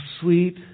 sweet